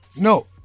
No